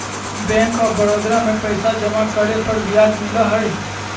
bank of Baroda में पैसा जमा करे पर ब्याज मिला हई